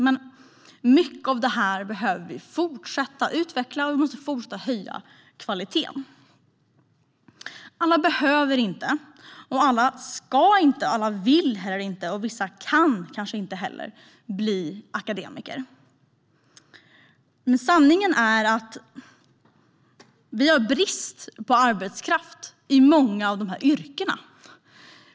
Men mycket av det här behöver vi fortsätta att utveckla, och vi måste fortsätta att höja kvaliteten. Alla behöver inte, ska inte, vill heller inte och vissa kan kanske inte heller bli akademiker. Men sanningen är att vi har brist på arbetskraft i många av de yrkena.